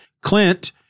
Clint